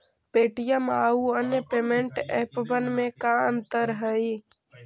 Paytm आउ अन्य payment एपबन में का अंतर हई?